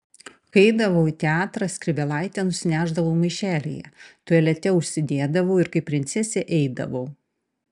kai eidavau į teatrą skrybėlaitę nusinešdavau maišelyje tualete užsidėdavau ir kaip princesė eidavau